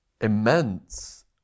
immense